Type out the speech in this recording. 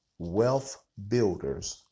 wealthbuilders